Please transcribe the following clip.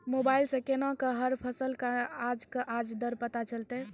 Mobile सऽ केना कऽ हर फसल कऽ आज के आज दर पता चलतै?